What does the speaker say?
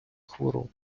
хвороб